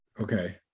Okay